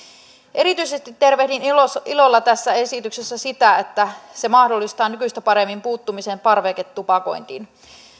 erityisesti tervehdin ilolla ilolla tässä esityksessä sitä että se mahdollistaa nykyistä paremmin puuttumisen parveketupakointiin